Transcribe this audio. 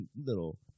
little